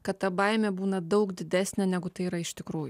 kad ta baimė būna daug didesnė negu tai yra iš tikrųjų